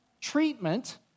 treatment